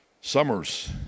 Summers